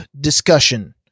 discussion